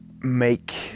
make